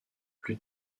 plus